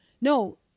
No